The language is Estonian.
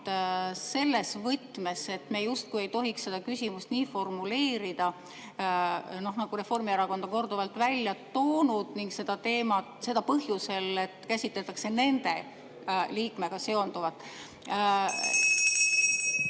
selles võtmes, et me justkui ei tohiks seda küsimust nii formuleerida, nagu Reformierakond on korduvalt välja toonud, ning seda põhjusel, et käsitletakse nende liikmega seonduvat?